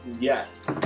yes